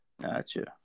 Gotcha